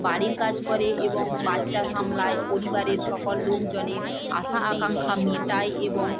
বাড়ির কাজ করে এবং বাচ্চা সামলায় পরিবারের সকল লোকজনের আশা আকাঙ্খা মেটায় এবং